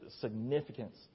significance